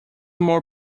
more